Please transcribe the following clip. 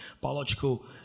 biological